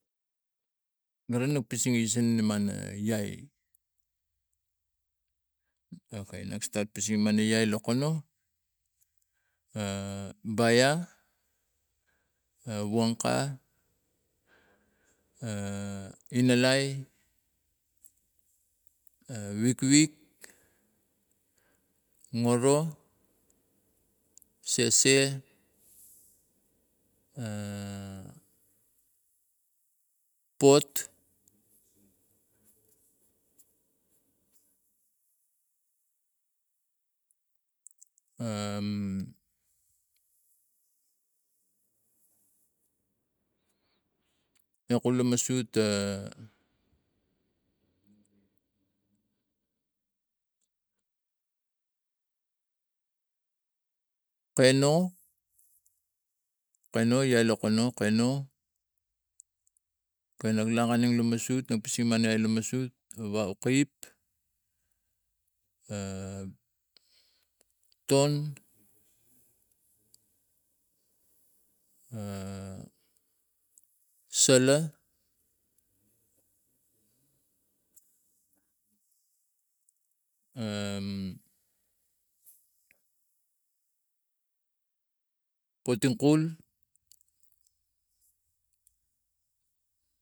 Gara no pisi isan minam a iai okai nok stat pisi mana iai lokono baia wongka inalai vigvig ngoro sese pot a kulumasut keno iai lokono lak a rem la masut sik man miwasut tom sala j poton kol.